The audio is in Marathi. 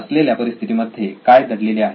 असलेल्या परिस्थिती मध्ये काय दडलेले आहे